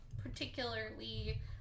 particularly